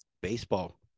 Baseball